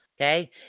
Okay